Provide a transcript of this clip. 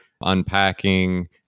unpacking